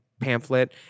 pamphlet